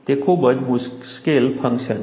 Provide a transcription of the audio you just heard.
તે ખૂબ જ મુશ્કેલ ફંક્શન છે